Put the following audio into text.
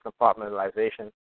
compartmentalization